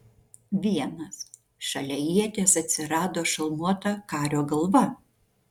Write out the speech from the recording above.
vienas šalia ieties atsirado šalmuota kario galva